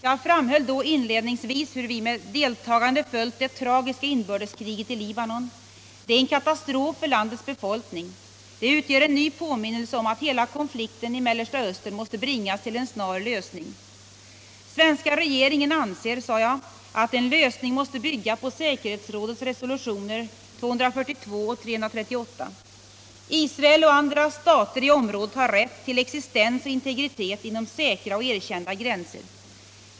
Jag framhöll då inledningsvis hur vi med deltagande följt det tragiska inbördeskriget i Libanon. Det är en katastrof för landets befolkning. Det utgör en ny påminnelse om att hela konflikten i Mellersta Östern måste bringas till en snar lösning. Svenska regeringen anser, sade jag, att en lösning måste bygga på säkerhetsrådets resolutioner 242 och 338. Israel och alla andra stater i området har rätt till existens och integritet inom säkra och erkända gränser.